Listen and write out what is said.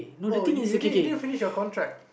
oh you didn't didn't finish your contract